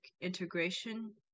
integration